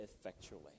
effectually